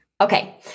Okay